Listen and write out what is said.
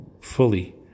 fully